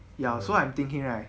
ya so I'm thinking that